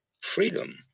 freedom